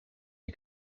you